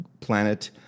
planet